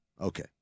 Okay